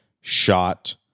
shot